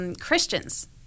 Christians